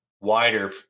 wider